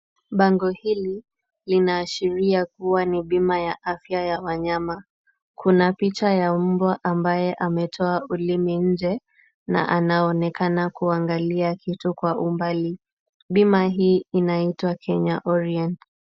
Bango hili linaashiria kuwa ni bima ya afya ya wanyama. Kuna picha ya mbwa ambaye ametoa ulimi nje na anaonekana kuangalia kitu kwa umbali. Bima hii inaitwa Kenya Orient.